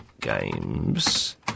games